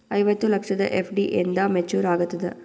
ಐವತ್ತು ಲಕ್ಷದ ಎಫ್.ಡಿ ಎಂದ ಮೇಚುರ್ ಆಗತದ?